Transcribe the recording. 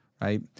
right